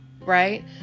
Right